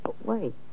Wait